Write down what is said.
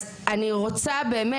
אז אני רוצה באמת,